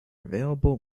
available